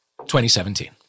2017